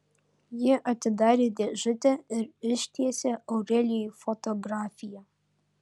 ji atidarė dėžutę ir ištiesė aurelijui fotografiją